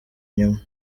inyuma